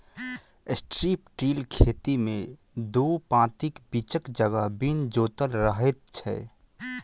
strip till खेती मे दू पाँतीक बीचक जगह बिन जोतल रहैत छै